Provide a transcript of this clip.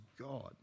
God